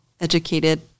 educated